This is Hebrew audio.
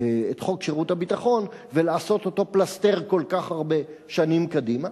את חוק שירות הביטחון ולעשות אותו פלסתר כל כך הרבה שנים קדימה.